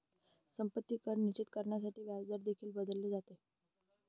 संपत्ती कर निश्चित करण्यासाठी व्याजदर देखील बदलले जातात